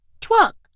truck